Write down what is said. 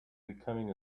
becoming